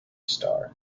star